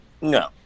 No